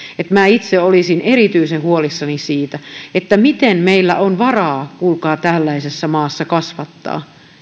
että minä itse olisin erityisen huolissani siitä siitä miten meillä on varaa kuulkaa tällaisessa maassa kasvattaa